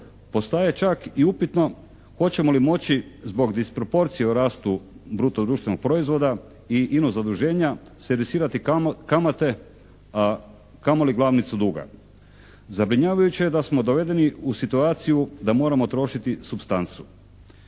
Postaje čak i upitno hoćemo li moći zbog disproporcije u rastu bruto društvenog proizvoda i ino zaduženja servisirati kamate, a kamoli glavnicu duga. Zabrinjavajuće je da smo dovedeni u situaciju da moramo trošiti supstancu.